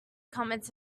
comments